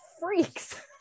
freaks